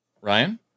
Ryan